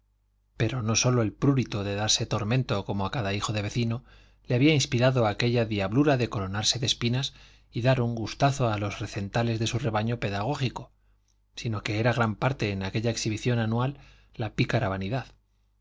pero no sólo el prurito de darse tormento como a cada hijo de vecino le había inspirado aquella diablura de coronarse de espinas y dar un gustazo a los recentales de su rebaño pedagógico sino que era gran parte en aquella exhibición anual la pícara vanidad